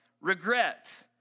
regret